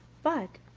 but